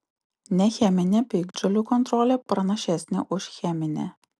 necheminė piktžolių kontrolė pranašesnė už cheminę